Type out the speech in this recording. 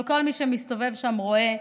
כל מי שמסתובב שם רואה,